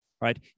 Right